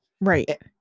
Right